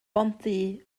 bontddu